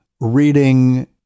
reading